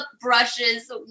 brushes